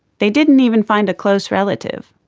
they didn't even find a close relative.